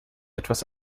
etwas